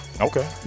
Okay